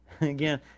again